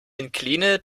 incliné